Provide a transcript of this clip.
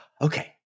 Okay